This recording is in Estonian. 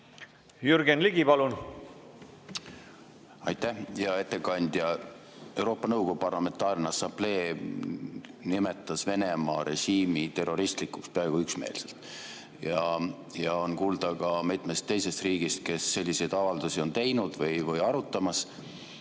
Jürgen Ligi, palun! Aitäh! Hea ettekandja! Euroopa Nõukogu Parlamentaarne Assamblee nimetas Venemaa režiimi terroristlikuks peaaegu üksmeelselt. Seda on kuulda ka mitmest teisest riigist, kes selliseid avaldusi on teinud või arutamas.